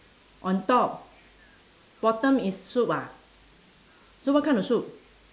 on top bottom is soup ah so what kind of soup